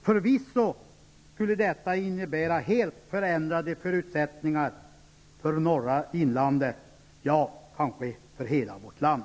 Förvisso skulle detta innebära helt förändrade förutsättningar för norra inlandet, kanske för hela vårt land.